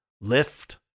lift